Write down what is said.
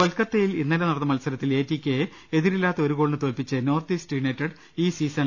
കൊൽക്കത്തയിൽ ഇന്നലെ നടന്ന മത്സരത്തിൽ എടികെ യെ എതിരില്ലാത്ത ഒരു ഗോളിന് തോൽപിച്ച് നോർത്ത് ഈസ്റ്റ് യുണൈറ്റഡ് ഈ സീസണിലെ ആദ്യജയം നേടി